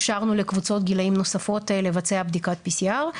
אפשרנו לקבוצות גילאים נוספות לבצע בדיקת PCR .